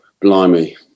blimey